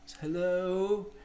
hello